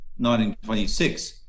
1926